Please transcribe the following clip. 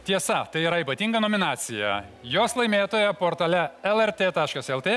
tiesa tai yra ypatinga nominacija jos laimėtoją portale lrt taškas lt